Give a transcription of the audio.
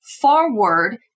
forward